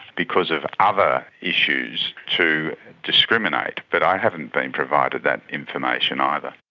because of other issues, to discriminate, but i haven't been provided that information either.